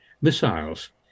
missiles